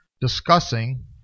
discussing